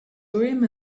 urim